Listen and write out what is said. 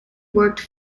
worked